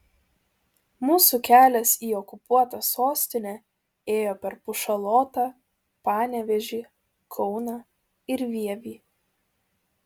mūsų kelias į okupuotą sostinę ėjo per pušalotą panevėžį kauną ir vievį